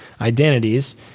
identities